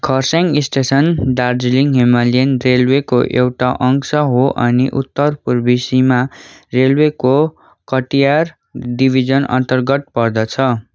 Kurseong station Darjeeling Himalayan रेलवेको एउटा अंश हो अनि उत्तरपुर्वी सीमा रेलवेको कटिहार डिभिजन अन्तर्गत पर्दछ